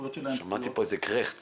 הסמכויות שלה הן --- שמעתי פה איזה קרעכץ.